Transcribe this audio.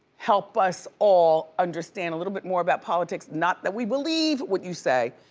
help us all understand a little bit more about politics, not that we believe what you say.